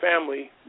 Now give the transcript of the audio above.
family